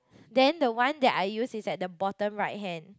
then the one that I use is at the bottom right hand